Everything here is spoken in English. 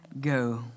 go